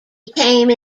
became